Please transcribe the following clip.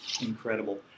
Incredible